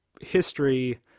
history